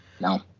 no